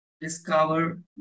Discover